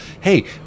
hey